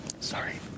Sorry